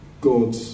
God